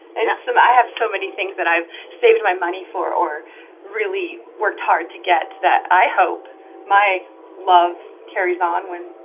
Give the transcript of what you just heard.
and some, i have so many things that i've saved my money for or really worked hard to get, that i hope my love carries on when,